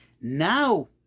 Now